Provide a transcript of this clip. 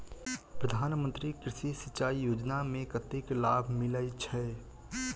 प्रधान मंत्री कृषि सिंचाई योजना मे कतेक लाभ मिलय छै?